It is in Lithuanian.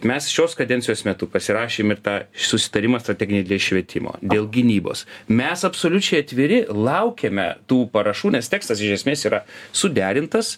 mes šios kadencijos metu pasirašėm ir tą susitarimą strateginį švietimo dėl gynybos mes absoliučiai atviri laukiame tų parašų nes tekstas iš esmės yra suderintas